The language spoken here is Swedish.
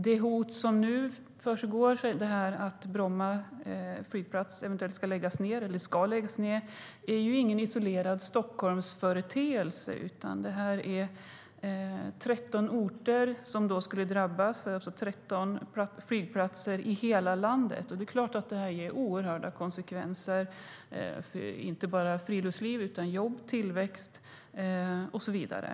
Det hot som nu föreligger är att Bromma flygplats ska läggas ned. Det är ju ingen isolerad Stockholmsföreteelse, utan det är 13 flygplatser i hela landet som skulle drabbas. Konsekvenserna blir oerhört stora, inte bara för friluftslivet utan också för jobb, tillväxt och så vidare.